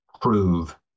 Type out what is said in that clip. prove